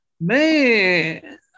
Man